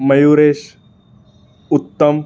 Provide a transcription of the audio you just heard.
मयुरेश उत्तम